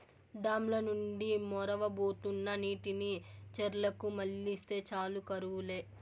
dam ల నుండి మొరవబోతున్న నీటిని చెర్లకు మల్లిస్తే చాలు కరువు లే